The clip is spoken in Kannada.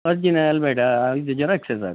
ಒರ್ಜಿನಲ್ ಬೇಡ ಇದು ಜೆರಾಕ್ಸೇ ಸಾಕು